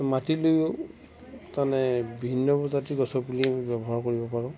মাটি লৈয়ো তাৰমানে ভিন্ন প্ৰজাতিৰ গছৰ পুলি আমি ব্যৱহাৰ কৰিব পাৰোঁ